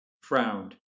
frowned